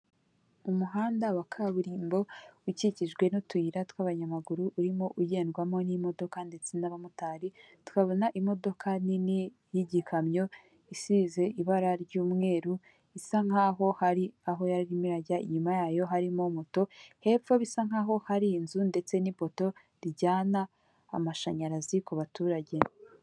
Umuhanda wa kaburimbo ukikijwe n'utuyira tw'abanyamaguru, urimo ugendwamo n'imodoka ndetse n'abamotari, tukabona imodoka nini y'igikamyo isize ibara ry'umweru, isa nkaho hari aho yari irimo irajya, inyuma yayo harimo moto, hepfo bisa nkaho hari inzu ndetse n'ipoto rijyana amashanyarazi kub'abaturage.